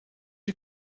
you